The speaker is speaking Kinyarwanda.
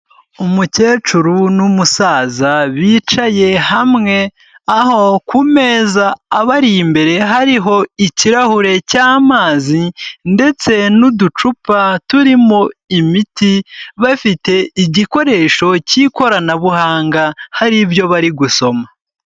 Umukecuru n'umusaza bicaye hamwe aho ku m abari imbere hariho ikirahure cy'amazi ndetse nu'ducupa turimo imiti, bafite igikoresho cy'ikoranabuhanga, hari ibyo bari gusoma.